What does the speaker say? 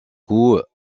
coups